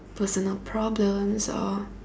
personal problems or